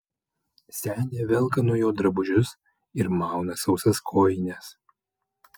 senė velka nuo jo drabužius ir mauna sausas kojines